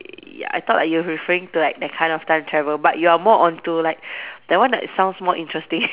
ya I thought like you are referring to like that kind of time travel but you are more onto like that one like sounds more interesting